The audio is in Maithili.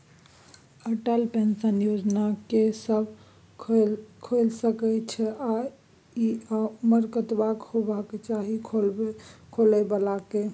अटल पेंशन योजना के के सब खोइल सके इ आ उमर कतबा होय चाही खोलै बला के?